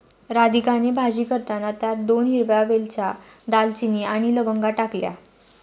राधिकाने भाजी करताना त्यात दोन हिरव्या वेलच्या, दालचिनी आणि लवंगा टाकल्या